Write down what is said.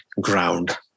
ground